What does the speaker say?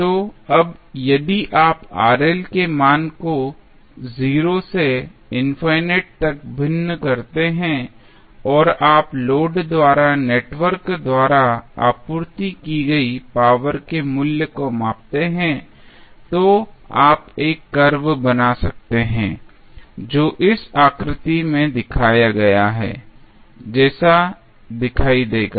तो अब यदि आप के मान को 0 से इंफाइनेट तक भिन्न करते हैं और आप लोड द्वारा नेटवर्क द्वारा आपूर्ति की गई पावर के मूल्य को मापते हैं तो आप एक कर्व बना सकते हैं जो इस आकृति में दिखाया गया है जैसा दिखाई देगा